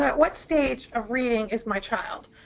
what stage of reading is my child?